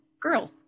girls